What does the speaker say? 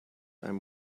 einem